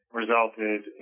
resulted